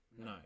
No